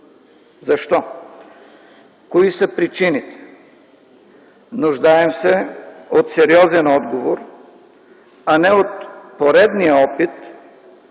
Защо? Какви са причините? Нуждаем се от сериозен отговор, а не от поредния опит